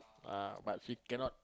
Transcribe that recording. ah but she cannot